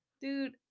dude